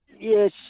yes